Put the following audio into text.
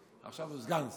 עכשיו הוא סגן שר.